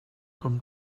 com